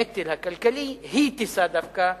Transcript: הנטל הכלכלי, היא תישא דווקא,